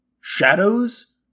Shadows